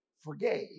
forgave